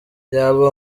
yaba